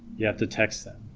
you have to text them